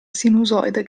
sinusoide